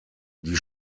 die